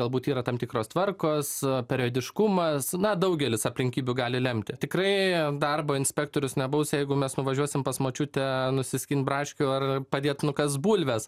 galbūt yra tam tikros tvarkos periodiškumas na daugelis aplinkybių gali lemti tikrai darbo inspektorius nebaus jeigu mes nuvažiuosim pas močiutę nusiskint braškių ar padėt nukast bulves